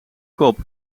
kop